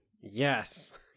Yes